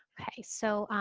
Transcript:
okay, so,